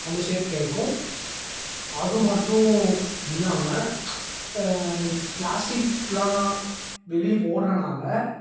அந்த ஸேஃப் கிடைக்கும் அது மட்டும் இல்லாமல் இப்போ ப்ளாஸ்டிகெலாம் வெளியே போடுறனால